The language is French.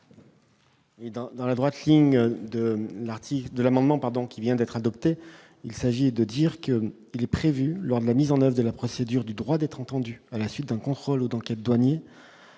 dans la droite ligne de l'article de l'amendement pardon qui vient d'être adopté, il s'agit de dire qu'il est prévu lors de la mise en oeuvre la procédure du droit d'être entendu, à la suite d'un contrôle dans douaniers